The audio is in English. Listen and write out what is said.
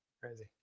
Crazy